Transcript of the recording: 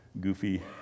goofy